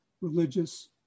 religious